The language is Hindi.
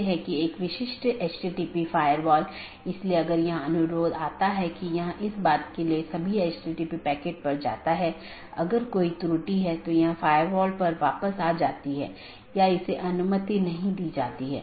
जब भी सहकर्मियों के बीच किसी विशेष समय अवधि के भीतर मेसेज प्राप्त नहीं होता है तो यह सोचता है कि सहकर्मी BGP डिवाइस जवाब नहीं दे रहा है और यह एक त्रुटि सूचना है या एक त्रुटि वाली स्थिति उत्पन्न होती है और यह सूचना सबको भेजी जाती है